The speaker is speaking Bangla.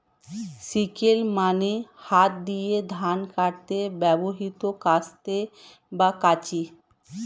সিকেল মানে হাত দিয়ে ধান কাটতে ব্যবহৃত কাস্তে বা কাঁচি